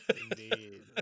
indeed